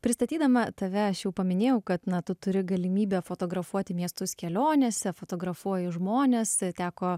pristatydama tave aš jau paminėjau kad na tu turi galimybę fotografuoti miestus kelionėse fotografuoji žmones teko